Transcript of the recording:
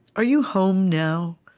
are you home now?